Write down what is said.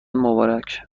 مبارک